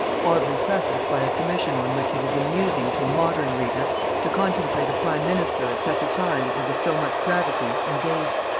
oddly prefaced by a commission on which it is amusing to a modern reader to contemplate a prime minister at such a time, and with so much gravity, engaged.